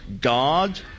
God